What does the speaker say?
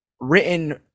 written